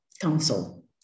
council